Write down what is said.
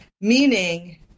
Meaning